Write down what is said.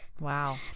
Wow